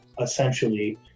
essentially